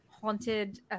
Haunted